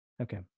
Okay